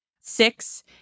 Six